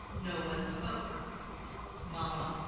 no one spoke mamma,